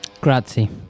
grazie